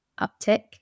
uptick